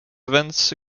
events